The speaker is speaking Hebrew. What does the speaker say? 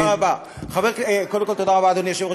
תודה רבה, אדוני היושב-ראש.